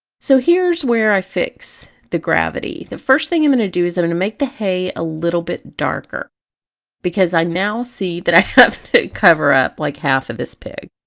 so here's where i fix the gravity. the first thing i'm going to do is i'm going to make the hay a little bit darker because i now see that i have to cover up like half of this pig